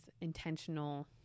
intentional